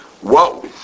Whoa